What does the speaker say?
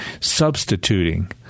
substituting